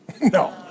No